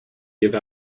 give